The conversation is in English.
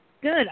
Good